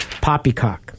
Poppycock